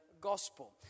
gospel